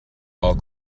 all